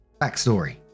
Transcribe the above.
backstory